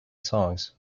songs